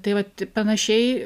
tai vat panašiai